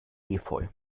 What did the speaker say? efeu